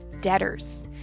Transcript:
debtors